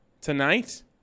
Tonight